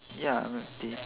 ya milk tea